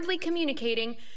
communicating